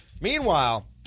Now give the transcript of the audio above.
Meanwhile